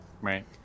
Right